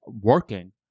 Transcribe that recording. working